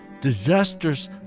disasters